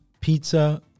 pizza